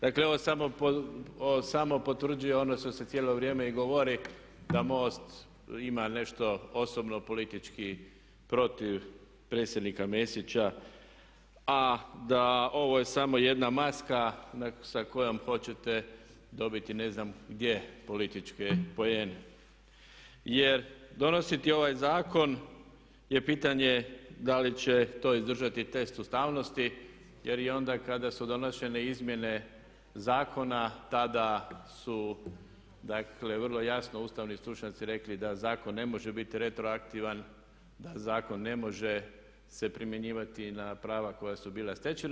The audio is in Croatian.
Dakle, ovo samo potvrđuje ono što se cijelo vrijeme i govori da MOST ima nešto osobno, politički protiv predsjednika Mesića a da ovo je samo jedna maska sa kojom hoćete dobiti ne znam gdje političke poene jer donositi ovaj zakon je pitanje da li će to izdržati test ustavnosti jer i onda kada su donošene izmjene zakona tada su vrlo jasno ustavni stručnjaci rekli da zakon ne može biti retroaktivan, da zakon ne može se primjenjivati na prava koja su bila stečena.